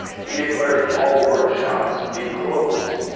he declares all workshops be closed.